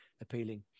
appealing